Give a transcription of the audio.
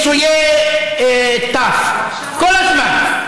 וכיסויי ת' כל הזמן.